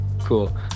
Cool